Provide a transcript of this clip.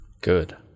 Good